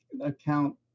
account